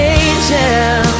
angel